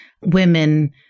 women